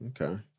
Okay